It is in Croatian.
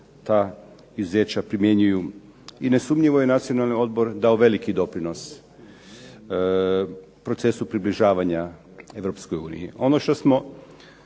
ta izuzeća primjenjuju i nesumnjivo je Nacionalni odbor dao veliki doprinos procesu približavanja Europskoj uniji. Ono što smo